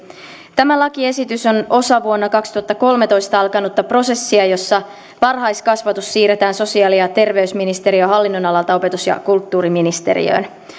tämä lakiesitys on osa vuonna kaksituhattakolmetoista alkanutta prosessia jossa varhaiskasvatus siirretään sosiaali ja terveysministeriön hallinnonalalta opetus ja kulttuuriministeriöön